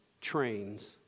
trains